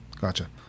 Gotcha